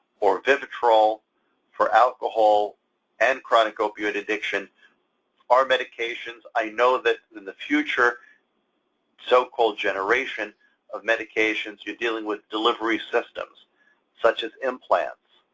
or vivitrol for alcohol and chronic opioid addiction are medications i know that and future so-called generation of medications you're dealing with delivery systems such as implants,